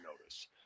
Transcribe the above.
notice